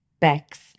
Bex